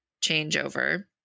changeover